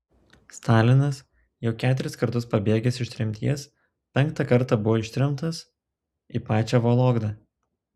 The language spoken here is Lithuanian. stalinas jau keturis kartus pabėgęs iš tremties penktą kartą buvo ištremtas į pačią vologdą